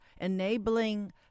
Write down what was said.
enabling